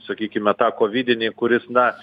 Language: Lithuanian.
sakykime tą kovidinį kuris na